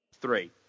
Three